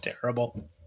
terrible